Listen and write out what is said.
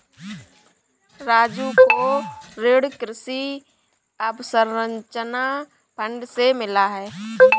राजू को ऋण कृषि अवसंरचना फंड से मिला है